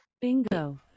Bingo